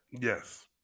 Yes